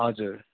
हजुर